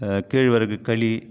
கேழ்வரகு களி